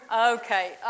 Okay